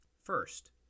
First